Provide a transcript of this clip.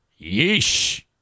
Yeesh